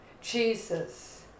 Jesus